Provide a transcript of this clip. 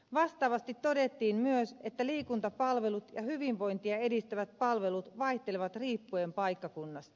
vastaavasti todettiin myös että liikuntapalvelut ja hyvinvointia edistävät palvelut vaihtelevat riippuen paikkakunnasta